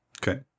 Okay